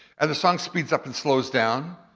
and the song speeds up and slows down,